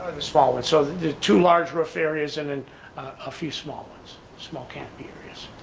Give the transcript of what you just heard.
this fall and so the two large roof areas and then a few small ones, small canopy areas.